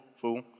fool